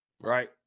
right